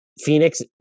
Phoenix